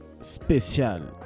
spécial